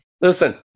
Listen